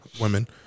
Women